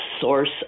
source